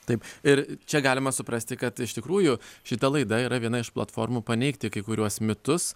taip ir čia galima suprasti kad iš tikrųjų šita laida yra viena iš platformų paneigti kai kuriuos mitus